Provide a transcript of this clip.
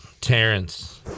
Terrence